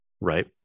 right